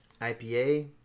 IPA